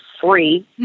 free